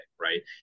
right